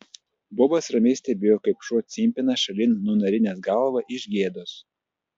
bobas ramiai stebėjo kaip šuo cimpina šalin nunarinęs galvą iš gėdos